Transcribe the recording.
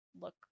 look